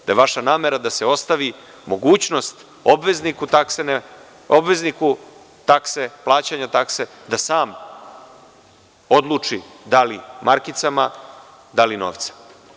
Da je vaša namera da se ostavi mogućnost obvezniku plaćanja takse, da sam odluči da li markicama, da li novcem.